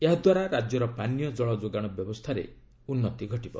ଏହାଦ୍ୱାରା ରାଜ୍ୟର ପାନୀୟ ଜଳ ଯୋଗାଣ ବ୍ୟବସ୍ଥାରେ ଉନ୍ନତି ଘଟିବ